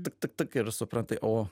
tik tik tik ir supranti o